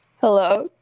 Hello